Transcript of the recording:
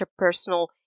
interpersonal